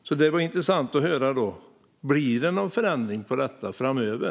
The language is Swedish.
Det vore alltså intressant att höra om det blir någon förändring av detta framöver.